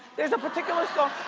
there's a particular song.